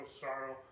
sorrow